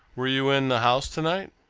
were you in the house tonight?